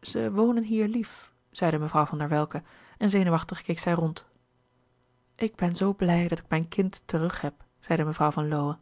zij wonen hier lief zeide mevrouw van der welcke en zenuwachtig keek zij rond louis couperus de boeken der kleine zielen ik ben zoo blij dat ik mijn kind terug heb zeide mevrouw van lowe